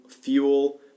fuel